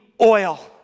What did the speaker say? oil